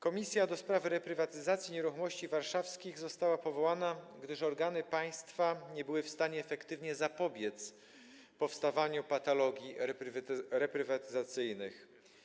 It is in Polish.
Komisja do spraw reprywatyzacji nieruchomości warszawskich została powołana, gdyż organy państwa nie były w stanie efektywnie zapobiec powstawaniu patologii reprywatyzacyjnych.